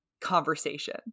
conversation